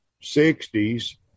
sixties